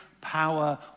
power